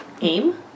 AIM